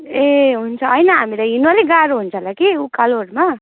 ए हुन्छ हैन हामीलाई हिँड्नु अलिक गाह्रो हुन्छ होला कि उकालोहरूमा